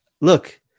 look